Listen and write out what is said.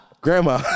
Grandma